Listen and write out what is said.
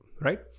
right